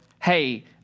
hey